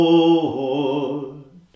Lord